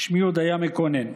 "שמי הודיה מקונן.